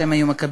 שהם היו מקבלים,